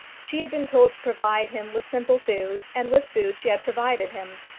she had been told to provide him with simple food, and with food she had provided him.